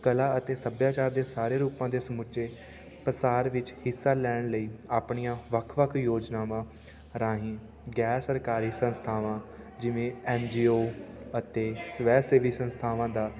ਕਲਾ ਅਤੇ ਸੱਭਿਆਚਾਰ ਦੇ ਸਾਰੇ ਰੂਪਾਂ ਦੇ ਸਮੁੱਚੇ ਪਸਾਰ ਵਿੱਚ ਹਿੱਸਾ ਲੈਣ ਲਈ ਆਪਣੀਆਂ ਵੱਖ ਵੱਖ ਯੋਜਨਾਵਾਂ ਰਾਹੀਂ ਗੈਰ ਸਰਕਾਰੀ ਸੰਸਥਾਵਾਂ ਜਿਵੇਂ ਐੱਨ ਜੀ ਓ ਅਤੇ ਸਵੈ ਸੇਵੀ ਸੰਸਥਾਵਾਂ ਦਾ